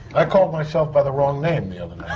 i called myself by the wrong name